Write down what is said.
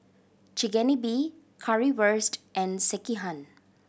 Chigenabe Currywurst and Sekihan